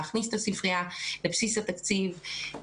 להכניס את הספרייה אל בסיס התקציב,